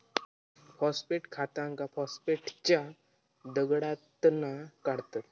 phosphate खतांका फॉस्फेटच्या दगडातना काढतत